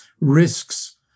risks